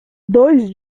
dois